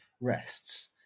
rests